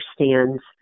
understands